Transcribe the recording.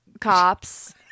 cops